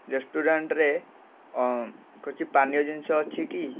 ରେଷ୍ଟୁରାଣ୍ଟରେ କିଛି ପାନୀୟ ଜିନିଷ ଅଛି କି